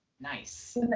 nice